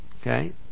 Okay